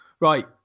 Right